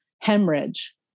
hemorrhage